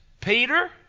Peter